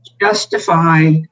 justify